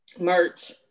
Merch